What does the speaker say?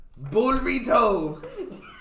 Burrito